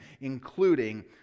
including